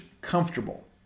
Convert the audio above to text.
comfortable